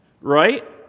Right